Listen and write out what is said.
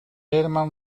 helemaal